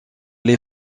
les